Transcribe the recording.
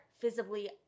visibly